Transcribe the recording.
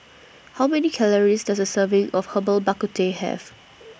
How Many Calories Does A Serving of Herbal Bak Ku Teh Have